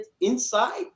inside